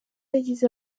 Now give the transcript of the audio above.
yagize